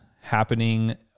happening